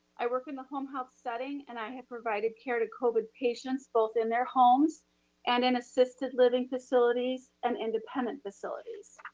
i work in the home health setting and i have provided care to covid patients, both in their homes and in assisted living facilities and independent facilities.